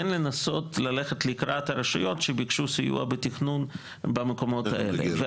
כן לנסות ללכת לקראת הרשויות שביקשו סיוע בתכנון במקומות האלה,